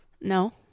no